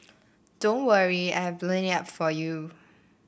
don't worry I have blown it up for you